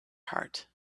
heart